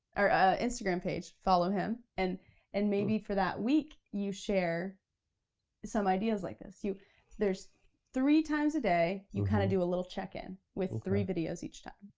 or instagram page, follow him, and and maybe for that week, you share some ideas like this. there's three times a day you kinda do a little check-in, with three videos each time.